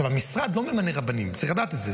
המשרד לא ממנה רבנים, צריך לדעת את זה.